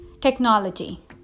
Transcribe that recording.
technology